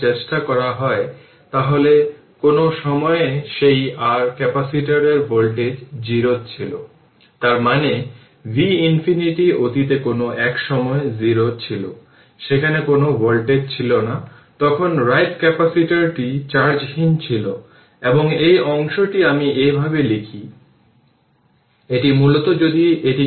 সুতরাং t এ infinity দিকে থাকে যা ω R infinity half L I0 square ω 0 ω প্রাথমিকভাবে এছাড়াও দেখানো হয়েছে